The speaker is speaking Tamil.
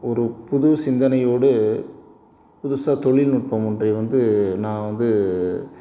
ஒரு புது சிந்தனையோடு புதுசாக தொழில்நுட்பம் ஒன்றை வந்து நான் வந்து